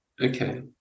Okay